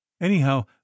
Anyhow